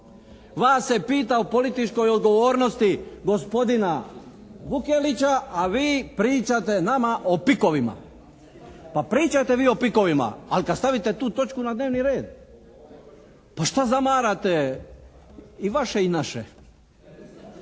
Vas se pita o političkoj odgovornosti gospodina Vukelića a vi pričate nama o PIK-ovima. Pa pričajte vi o PIK-ovima ali kad stavite tu točku na dnevni red. Pa šta zamarate i vaše i naše?